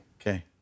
Okay